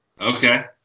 Okay